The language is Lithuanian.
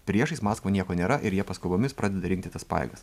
priešais maskvą nieko nėra ir jie paskubomis pradeda rinkti tas pajėgas